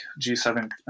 G7